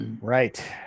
Right